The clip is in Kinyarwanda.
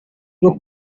bwo